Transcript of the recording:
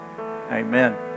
amen